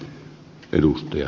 arvoisa puhemies